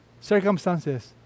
circumstances